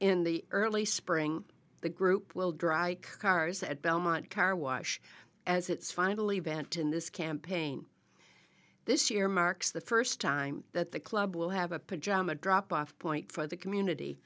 in the early spring the group will dry cars at belmont carwash as its final event in this campaign this year marks the first time that the club will have a pajama drop off point for the community